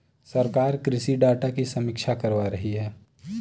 सरकार कृषि डाटा की समीक्षा करवा रही है